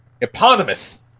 eponymous